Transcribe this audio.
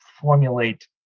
formulate